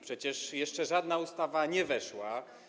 Przecież jeszcze żadna ustawa nie weszła.